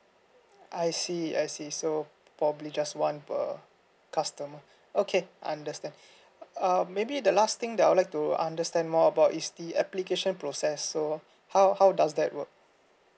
I see I see so probably just one per customer okay I understand um maybe the last thing that I would like to understand more about is the application process so how how does that work